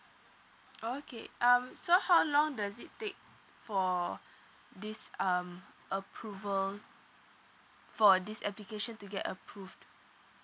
okay um so how long does it take for this um approval for this application to get approved